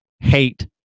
hate